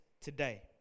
today